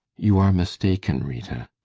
you are mistaken, rita.